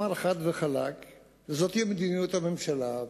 הוא אמר חד וחלק שזו מדיניות הממשלה,